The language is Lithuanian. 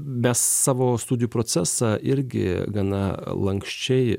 mes savo studijų procesą irgi gana lanksčiai